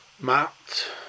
Matt